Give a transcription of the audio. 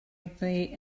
iddi